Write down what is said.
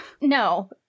No